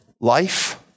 Life